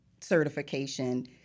certification